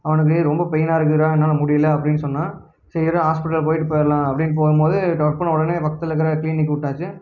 அவனுக்கு ரொம்ப பெய்னாக இருக்குதுடா என்னால் முடியல அப்படின்னு சொன்னால் சரி இருடா ஹாஸ்பிட்டல் போய்விட்டு போயிடலாம் அப்படின்னு போகும்போது டப்புனு உடனே பக்கத்தில் இருக்கற க்ளீனிக் விட்டாச்சி